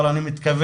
אבל אני מתכוון,